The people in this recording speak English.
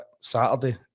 Saturday